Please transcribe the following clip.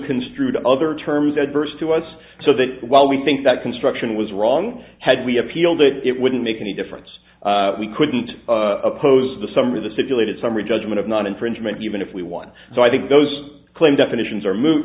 construed other terms adverse to us so that while we think that construction was wrong had we appealed it it wouldn't make any difference we couldn't oppose the summer the simulated summary judgment of non infringement even if we won so i think those claim definitions are mo